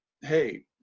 hey